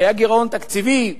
כי היה גירעון תקציבי,